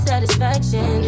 Satisfaction